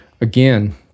again